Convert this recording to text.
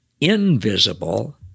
invisible